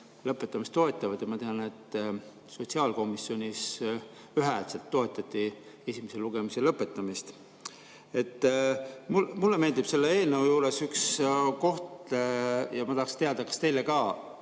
lõpetamist toetavad. Ma tean, et sotsiaalkomisjonis ühehäälselt toetati esimese lugemise lõpetamist. Mulle meeldib selle eelnõu juures üks koht ja ma tahaksin teada, kas teile ka